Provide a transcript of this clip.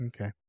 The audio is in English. Okay